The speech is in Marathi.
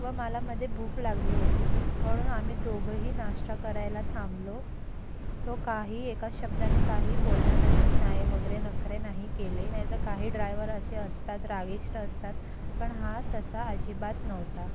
व मला मध्ये भूक लागली होती म्हणून आम्ही दोघंही नाष्टा करायला थांबलो तो काही एका शब्दाने काही बोलला नाही नाही वगैरे नखरे नाही केले नाही तर काही ड्रायवर असे असतात रागिष्ट असतात पण हा तसा अजिबात नव्हता